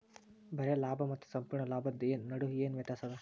ಬರೆ ಲಾಭಾ ಮತ್ತ ಸಂಪೂರ್ಣ ಲಾಭದ್ ನಡು ಏನ್ ವ್ಯತ್ಯಾಸದ?